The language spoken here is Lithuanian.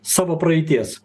savo praeities